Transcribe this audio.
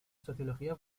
sociología